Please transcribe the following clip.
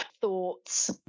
thoughts